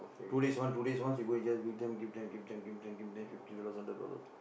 two days once two days once you go in you just give them give them give them give them give them fifty dollars hundred dollars